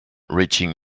reaching